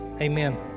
Amen